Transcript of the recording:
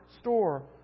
store